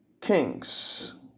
kings